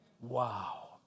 Wow